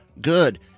good